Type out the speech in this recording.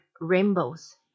rainbows